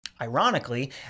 Ironically